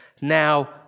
now